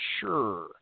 sure